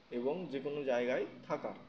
এবং যেকোনো জায়গায় থাকা